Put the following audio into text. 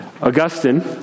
Augustine